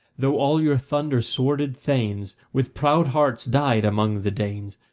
though all your thunder-sworded thanes with proud hearts died among the danes,